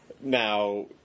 Now